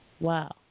wow